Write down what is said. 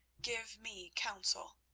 give me counsel.